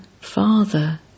father